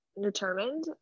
Determined